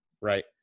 right